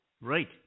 Right